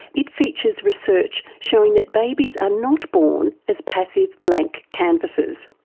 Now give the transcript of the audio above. it features research showing that babies are not born as passive blank canvasses.